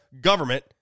government